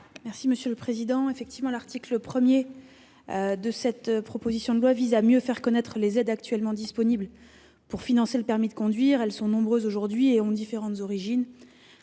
est à Mme la secrétaire d'État. L'article 1 de cette proposition de loi vise à mieux faire connaître les aides actuellement disponibles pour financer le permis de conduire. Elles sont nombreuses et ont différentes origines-